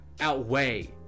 outweigh